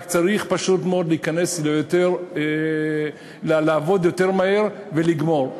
רק צריך פשוט מאוד להיכנס לעבוד יותר מהר ולגמור.